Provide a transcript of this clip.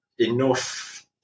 enough